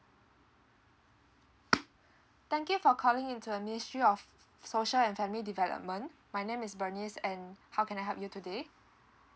thank you for calling into a ministry of social and family development my name is bernice and how can I help you today